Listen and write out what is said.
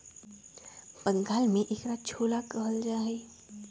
बंगाल में एकरा छोला कहल जाहई